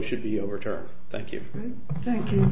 should be overturned thank you thank you